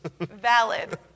Valid